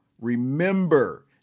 Remember